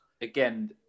Again